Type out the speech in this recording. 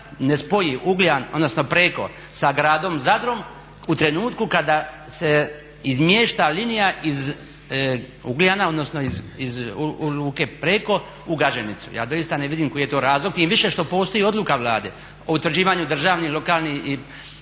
ne spoji Preko sa gradom Zadrom u trenutku kada se izmiješta linija iz Luke Preko u Gaženicu. Ja doista ne vidim koji je to razlog, tim više što postoji odluka Vlade o utvrđivanju državnih, lokalnih i